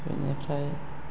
बेनिफ्राय